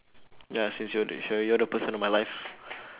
ya since you're the you are the person on my left